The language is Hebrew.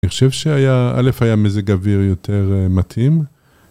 אני חושב שהיה, א', היה מזג אוויר יותר מתאים.